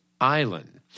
Island